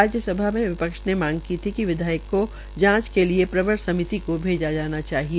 राज्यसभा में विपक्ष ने मांग की थी विधेयक का जांच के लिए प्रवर समिति को भेजा जाना चाहिए